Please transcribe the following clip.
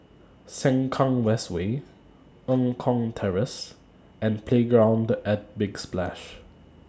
Sengkang West Way Eng Kong Terrace and Playground At Big Splash